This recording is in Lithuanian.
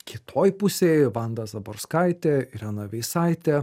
kitoj pusėj vanda zaborskaitė irena veisaitė